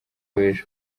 w’ejo